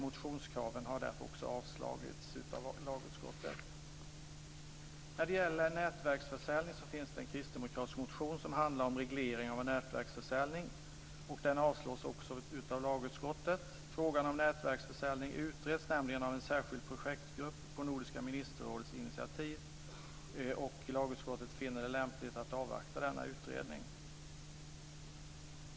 Motionskraven har därför avstyrkts av lagutskottet. Det finns en kristdemokratisk motion som handlar om reglering av nätverksförsäljning. Den avstyrks också av lagutskottet. Frågan om nätverksförsäljning utreds nämligen av en särskild projektgrupp på Nordiska ministerrådets initiativ. Lagutskottet finner det lämpligt att avvakta denna utredning.